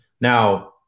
Now